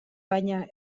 baina